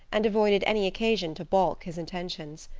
and avoided any occasion to balk his intentions.